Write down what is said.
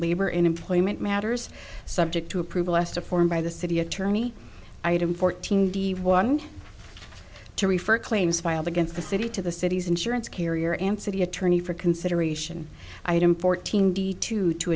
labor in employment matters subject to approval s to form by the city attorney item fourteen d'ivoire to refer claims filed against the city to the city's insurance carrier and city attorney for consideration item fourteen d two to